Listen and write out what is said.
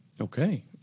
Okay